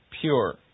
pure